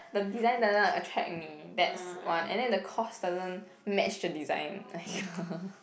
the design doesn't attract me that's one and then the cost doesn't match the design